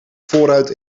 voorruit